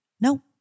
No